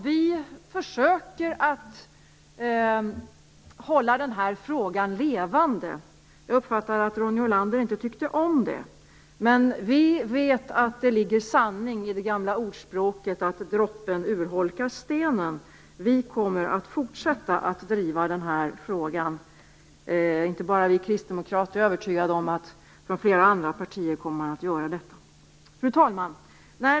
Vi försöker att hålla frågan levande. Jag uppfattade att Ronny Olander inte tycker om det. Men vi vet att det ligger sanning i det gamla ordspråket att droppen urholkar stenen. Vi kommer att fortsätta att driva frågan. Jag är övertygad om att det är inte bara fråga om oss kristdemokrater utan att flera andra partier kommer att göra detta. Fru talman!